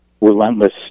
relentless